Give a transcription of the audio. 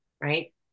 right